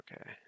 Okay